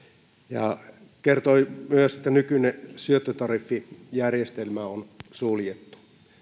ja kertoi myös että nykyinen syöttötariffijärjestelmä on suljettu